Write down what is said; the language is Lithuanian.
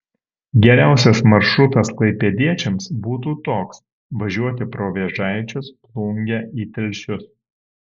geriausias maršrutas klaipėdiečiams būtų toks važiuoti pro vėžaičius plungę į telšius